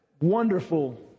wonderful